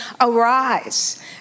arise